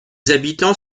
habitants